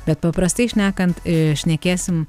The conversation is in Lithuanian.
bet paprastai šnekant šnekėsim